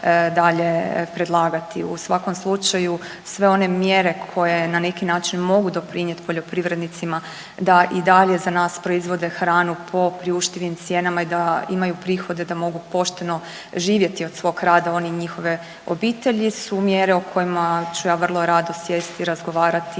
dalje predlagati. U svakom slučaju sve one mjere koje na neki način mogu doprinijet poljoprivrednicima da i dalje za nas proizvode hranu po priuštivim cijenama i da imaju prihode da mogu pošteno živjeti od svog rada oni i njihove obitelji su mjere o kojima ću ja vrlo rado sjesti i razgovarati